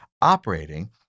operating